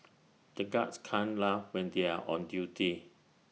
the guards can't laugh when they are on duty